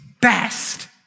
best